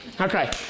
Okay